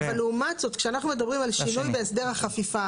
אבל לעומת זאת כשאנחנו מדברים על שינוי בהסדר החפיפה